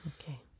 Okay